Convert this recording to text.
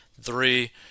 Three